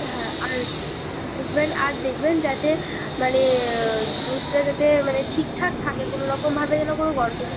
হ্যাঁ আর আর দেখবেন আর দেখবেন যাতে মানে দুধটা যাতে মানে ঠিকঠাক থাকে কোনো রকমভাবে যেন কোনো গন্ডগোল